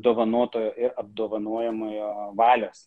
dovanotojo ir apdovanojamojo valios